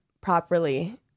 properly